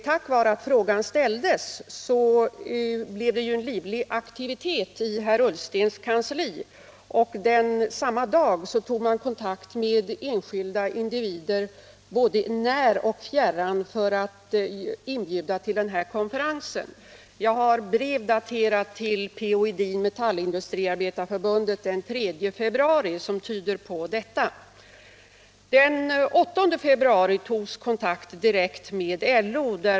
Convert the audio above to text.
Tack vare att frågan ställdes blev det livlig aktivitet i herr Ullstens kansli, och samma dag tog man kontakt med enskilda individer både nära och fjärran för att inbjuda till den planerade konferensen. Jag har ett brev till P.-O. Edin på Metallindustriarbetareförbundet, daterat den 3 februari, som tyder på detta. Den 8 februari togs kontakt direkt med LO.